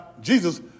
Jesus